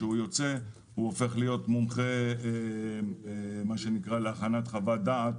כשהוא יוצא הוא הופך להיות מומחה להכנת חוות דעת